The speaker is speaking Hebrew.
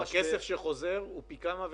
הכסף שחוזר למדינה הוא פי כמה וכמה.